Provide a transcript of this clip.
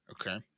Okay